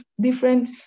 different